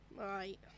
right